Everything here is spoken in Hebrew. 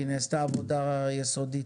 כי נעשתה עבודה יסודית,